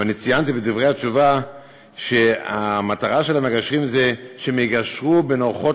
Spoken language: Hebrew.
וציינתי בדברי התשובה שהמטרה של המגשרים היא שיגשרו בין אורחות